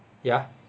ya